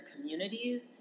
communities